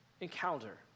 encounter